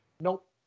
Nope